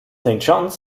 john’s